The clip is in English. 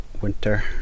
winter